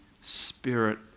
Spirit